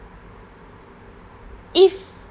if